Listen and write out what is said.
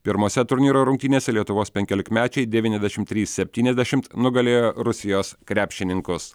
pirmose turnyro rungtynėse lietuvos penkiolikmečiai devyniasdešimt trys septyniasdešimt nugalėjo rusijos krepšininkus